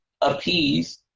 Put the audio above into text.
appease